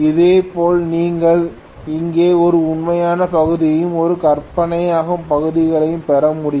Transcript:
இதேபோல் நீங்கள் இங்கே ஒரு உண்மையான பகுதியையும் ஒரு கற்பனையான பகுதியையும் பெற முடியும்